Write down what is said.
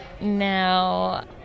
Now